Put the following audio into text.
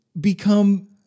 become